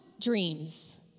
dreams